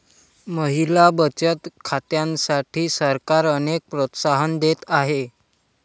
महिला बचत खात्यांसाठी सरकार अनेक प्रोत्साहन देत आहे